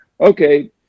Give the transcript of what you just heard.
okay